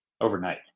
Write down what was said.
overnight